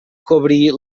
cobrir